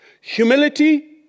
humility